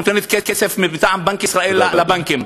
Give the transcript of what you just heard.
נותנת כסף מטעם בנק ישראל לבנקים?